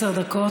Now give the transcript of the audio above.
התשע"ח